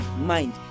mind